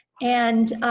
and